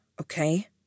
okay